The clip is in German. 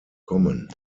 kommen